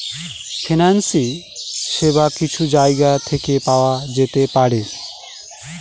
financing সেবা কিছু জায়গা থেকে পাওয়া যেতে পারে